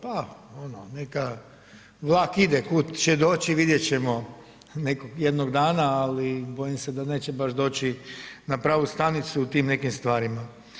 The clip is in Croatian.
Pa ono, neka vlak ide, kud će doći vidjeti ćemo jednog dana ali bojim se da neće baš doći na pravu stanicu u tim nekim stvarima.